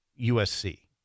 USC